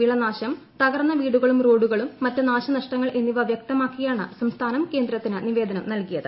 വിളനാശം തകർന്ന വീടുകളും റോഡുകളും മറ്റ് നാശനഷ്ടങ്ങൾ എന്നിവ വ്യക്തമാക്കിയാണ് പ്രസ്ഥാനം കേന്ദ്രത്തിന് നിവേദനം നൽകിയത്